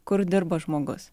kur dirba žmogus